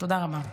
תודה רבה.